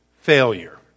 failure